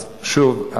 אז שוב,